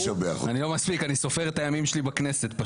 אני לא מסמיק, אני סופר את הימים שלי בכנסת.